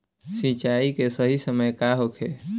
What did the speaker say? सिंचाई के सही समय का होखे?